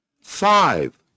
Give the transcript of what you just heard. Five